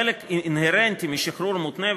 חלק אינהרנטי משחרור מותנה,